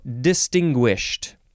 distinguished